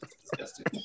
Disgusting